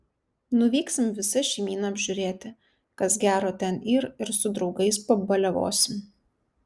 nuvyksim visa šeimyna apžiūrėti kas gero ten yr ir su draugais pabaliavosim